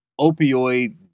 opioid